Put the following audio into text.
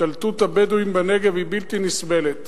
השתלטות הבדואים בנגב היא בלתי נסבלת.